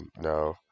No